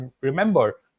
remember